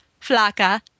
Flaca